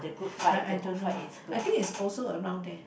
I I don't know I think is also around there